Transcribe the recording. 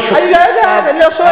אינני יודעת, אני לא שאלתי.